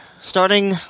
Starting